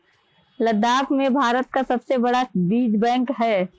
लद्दाख में भारत का सबसे बड़ा बीज बैंक है